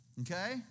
okay